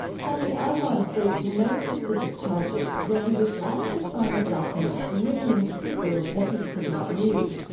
sami adwan faced no specific charges, yet he was asked to sign a document written in hebrew that he could not read.